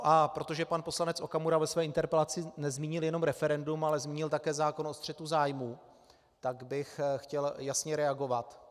A protože pan poslanec Okamura ve své interpelaci nezmínil jenom referendum, ale zmínil také zákon o střetu zájmů, tak bych chtěl jasně reagovat.